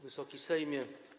Wysoki Sejmie!